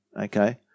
okay